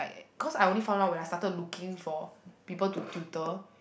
cause I only found out when I started looking for people to tutor